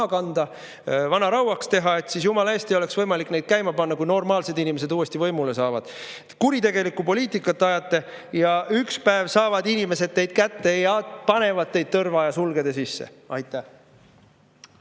kanda, vanarauaks teha, et jumala eest ei oleks võimalik neid käima panna, kui normaalsed inimesed uuesti võimule saavad. Kuritegelikku poliitikat ajate! Ühel päeval saavad inimesed teid kätte ja panevad teid tõrva ja sulgede sisse. Aitäh!